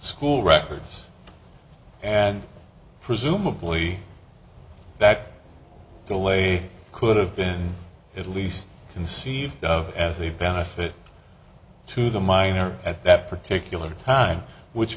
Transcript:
school records and presumably that the way could have been at least conceived of as a benefit to the minor at that particular time which